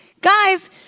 guys